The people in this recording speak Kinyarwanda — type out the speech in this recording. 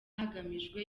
hagamijwe